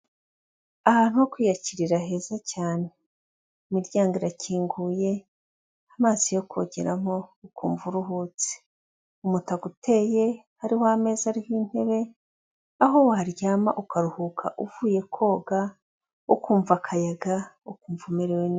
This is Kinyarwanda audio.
Ahantu ho kwiyakirira heza cyane. Imiryango irakinguye, amazi yo kogeramo ukumva uruhutse. Umutaka uteye hariho ameza ariho intebe, aho waryama ukaruhuka uvuye koga, ukumva akayaga ukumva umerewe neza.